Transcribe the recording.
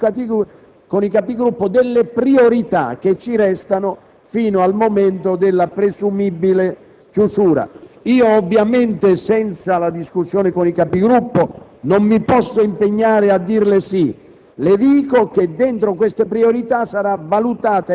di martedì prossimo, decideremo, assieme ai Capigruppo, sulle priorità che ci restano fino al momento della presumibile chiusura. Ovviamente, senza averne discusso con i Capigruppo, non mi posso impegnare a dirle di